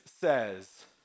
says